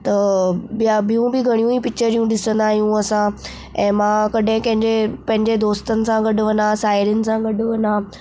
त ॿिया बि ॿियूं बि घणियूं ई पिच्चरुं ॾिसंदा आहियूं असां अ मां कॾहिं कंहिंजे पंहिंजे दोस्तनि सां गॾु वञां पंहिंजी साहिड़ियुनि सां गॾु वञां